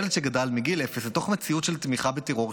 ילד שגדל מגיל אפס אל תוך מציאות של תמיכה בטרור,